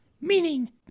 meaning